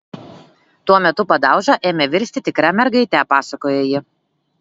tuo metu padauža ėmė virsti tikra mergaite pasakoja ji